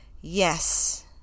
Yes